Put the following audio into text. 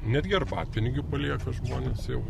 netgi arbatpinigių palieka žmonės jau